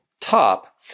top